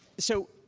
so,